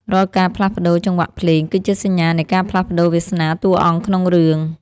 រាល់ការផ្លាស់ប្តូរចង្វាក់ភ្លេង គឺជាសញ្ញានៃការផ្លាស់ប្តូរវាសនាតួអង្គក្នុងរឿង។